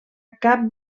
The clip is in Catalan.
cap